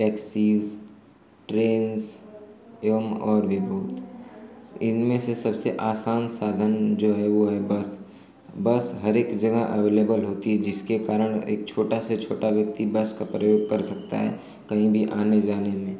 taxis trains एवं और भी बहुत इनमें से सबसे आसान साधन जो है वह है बस बस हरेक जगह एवलेबल होती है जिसके कारण एक छोटा से छोटा व्यक्ति बस का प्रयोग कर सकता है कहीं भी आने जाने में